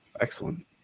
Excellent